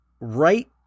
right